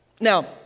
Now